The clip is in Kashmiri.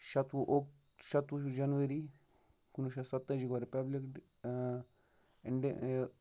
شیتوُہ اوٚ شیتوُہ جَنوری کُنوُہ شَتھ سَتہٕ تٲجی گوٚو رِپَبلِک